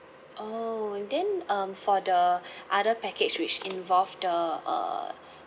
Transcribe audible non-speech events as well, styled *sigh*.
oh and then um for the *breath* other package which involve the uh